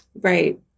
Right